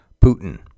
Putin